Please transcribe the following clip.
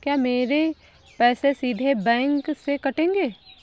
क्या मेरे पैसे सीधे बैंक से कटेंगे?